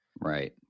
Right